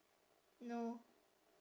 no